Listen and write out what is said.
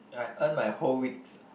I earn my whole weeks